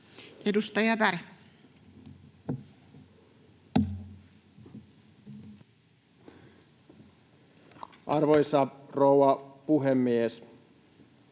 Edustaja Berg. Arvoisa rouva puhemies!